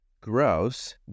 Gross